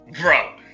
bro